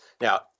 Now